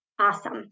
Awesome